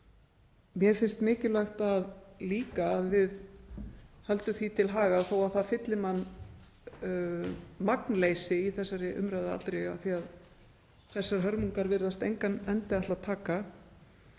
mér finnst mikilvægt líka að við höldum því til haga, þó að það fylli mann magnleysi í þessari umræðu allri af því að þessar hörmungar virðist engan endi ætla að taka,